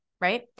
right